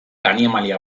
animalia